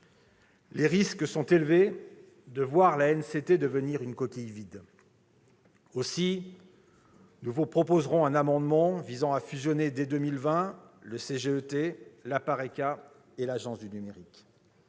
Les risques sont élevés de voir l'ANCT devenir une coquille vide. Aussi, nous vous proposerons un amendement visant à fusionner dès 2020 le CGET, l'EPARECA et l'Agence du numérique.